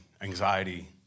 anxiety